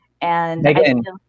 And-